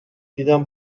دیدم